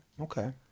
Okay